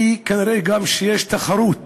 ונראה גם שיש תחרות